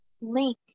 link